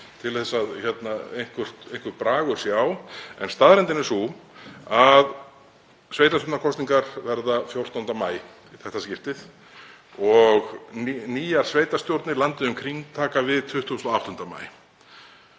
til að einhver bragur sé á. En staðreyndin er sú að sveitarstjórnarkosningar verða 14. maí í þetta skiptið og nýjar sveitarstjórnir landið um kring taka við 28. maí